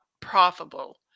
profitable